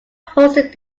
hosted